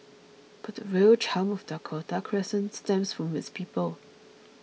but the real charm of Dakota Crescent stems from its people